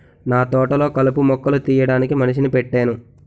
నాతోటలొ కలుపు మొక్కలు తీయడానికి మనిషిని పెట్టేను